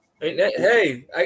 Hey